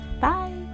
bye